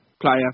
player